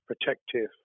protective